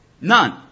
None